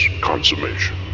consummation